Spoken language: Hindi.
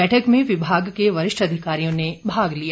बैठक में विभाग के वरिष्ठ अधिकारियों ने भाग लिया